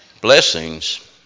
blessings